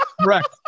Correct